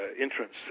entrance